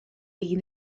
egin